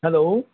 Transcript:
hello